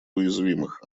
уязвимых